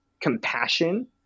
compassion